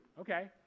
Okay